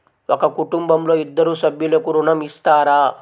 ఒక కుటుంబంలో ఇద్దరు సభ్యులకు ఋణం ఇస్తారా?